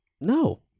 No